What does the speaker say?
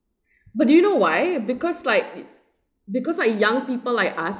but do you know why because like because like young people like us